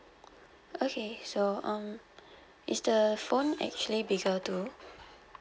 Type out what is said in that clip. okay so um is the the phone actually bigger too